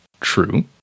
True